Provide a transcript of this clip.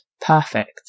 perfect